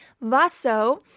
Vaso